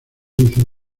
hizo